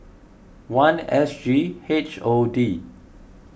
one S G H O D